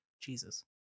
Jesus